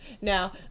Now